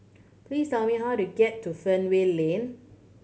please tell me how to get to Fernvale Lane